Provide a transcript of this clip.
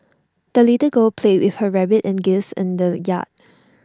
the little girl played with her rabbit and geese in the yard